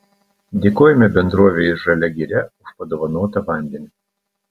dėkojame bendrovei žalia giria už padovanotą vandenį